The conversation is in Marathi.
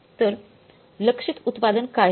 तर लक्ष्यित उत्पादन काय होते